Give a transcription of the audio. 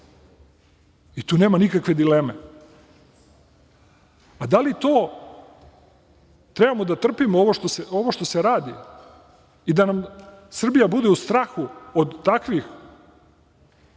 Tu nema nikakve dileme. Da li treba da trpimo ovo što se radi i da nam Srbija bude u strahu od takvih?